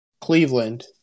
Cleveland